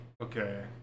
Okay